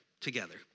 Together